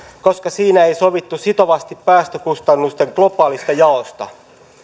koska siinä ei sovittu sitovasti päästökustannusten globaalista jaosta